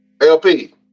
LP